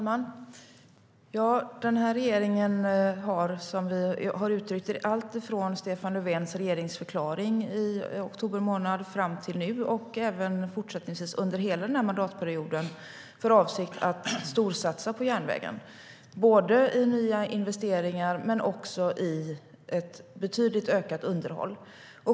Fru talman! Regeringen har som vi har uttryckt det i allt ifrån Stefan Löfvens regeringsförklaring i oktober månad fram till nu, och även fortsättningsvis under hela mandatperioden, för avsikt att storsatsa på järnvägen. Det gäller både nya investeringar och ett betydligt ökat underhåll.